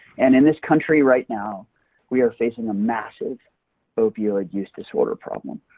and in this country right now we are facing a massive opioid use disorder problem.